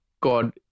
God